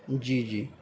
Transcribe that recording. جی جی